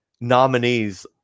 nominees